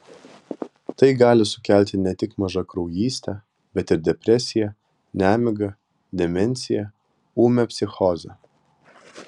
tai gali sukelti ne tik mažakraujystę bet ir depresiją nemigą demenciją ūmią psichozę